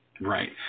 Right